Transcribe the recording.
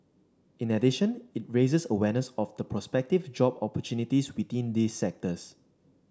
in addition it raises awareness of the prospective job opportunities within these sectors